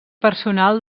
personal